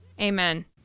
Amen